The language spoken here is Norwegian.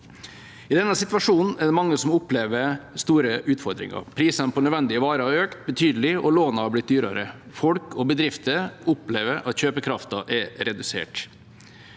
I denne situasjonen er det mange som opplever store utfordringer. Prisene på nødvendige varer har økt betydelig, og lånet har blitt dyrere. Folk og bedrifter opplever at kjøpekrafta er redusert.